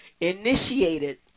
initiated